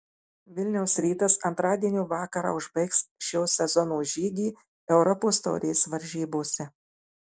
vilniaus rytas antradienio vakarą užbaigs šio sezono žygį europos taurės varžybose